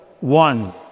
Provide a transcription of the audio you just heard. one